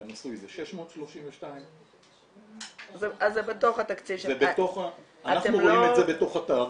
לנשוי זה 632. אז זה בתוך התקציב -- אנחנו רואים את זה בתוך התעריף,